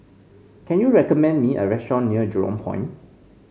can you recommend me a restaurant near Jurong Point